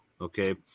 okay